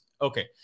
Okay